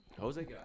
Jose